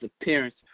appearance